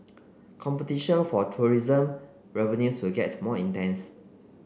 competition for tourism revenues will gets more intense